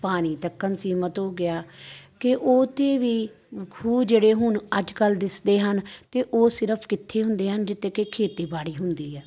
ਪਾਣੀ ਤੱਕ ਸੀਮਤ ਹੋ ਗਿਆ ਕਿ ਉਹ ਤੇ ਵੀ ਖੂਹ ਜਿਹੜੇ ਹੁਣ ਅੱਜ ਕੱਲ੍ਹ ਦਿਸਦੇ ਹਨ ਅਤੇ ਉਹ ਸਿਰਫ਼ ਕਿੱਥੇ ਹੁੰਦੇ ਹਨ ਜਿੱਥੇ ਕਿ ਖੇਤੀਬਾੜੀ ਹੁੰਦੀ ਹੈ